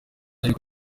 ariko